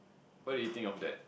what do you think of that